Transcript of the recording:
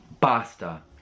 Basta